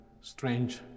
strange